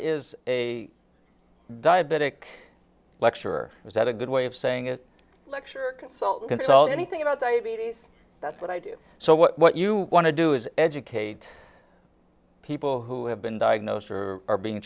is a diabetic lecturer was that a good way of saying it lecturer consult consult anything about diabetes that's what i do so what you want to do is educate people who have been diagnosed or are being